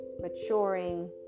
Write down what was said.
maturing